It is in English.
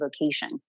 vocation